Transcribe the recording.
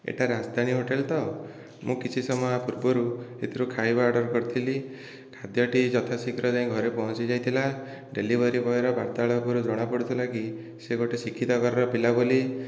ଏଇଟା ରାଜଧାନୀ ହୋଟେଲ୍ ତ ମୁଁ କିଛି ସମୟ ପୂର୍ବରୁ ଏଥିରୁ ଖାଇବା ଅର୍ଡ଼ର କରିଥିଲି ଖାଦ୍ୟଟି ଯଥାଶୀଘ୍ର ଯାଇ ଘରେ ପହଞ୍ଚି ଯାଇଥିଲା ଡେଲିଭରୀ ବୟର ବାର୍ତ୍ତାଳପରୁ ଜଣାପଡ଼ୁଥିଲା କି ସିଏ ଗୋଟିଏ ଶିକ୍ଷିତ ଘରର ପିଲା ବୋଲି